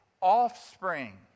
offspring